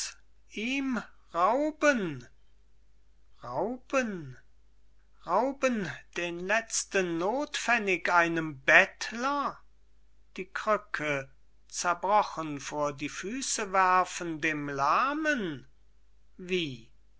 ihm rauben rauben rauben den letzten nothpfenning einem bettler die krücke zerbrochen vor die füße werfen dem lahmen wie